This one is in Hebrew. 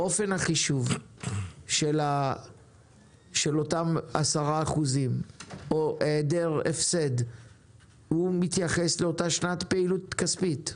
אופן החישוב של אותם 10% או היעדר הפסד מתייחס לאותה שנת פעילות כספית?